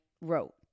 wrote